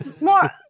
More